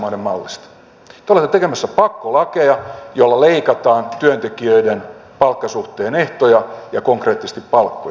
te olette tekemässä pakkolakeja joilla leikataan työntekijöiden palkkasuhteen ehtoja ja konkreettisesti palkkoja